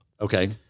Okay